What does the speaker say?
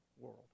world